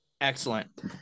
Excellent